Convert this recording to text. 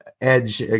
edge